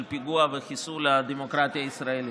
של פיגוע וחיסול הדמוקרטיה הישראלית?